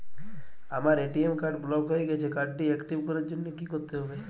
আমার ATM card block হয়ে গেছে কার্ড টি একটিভ করার জন্যে কি করতে হবে?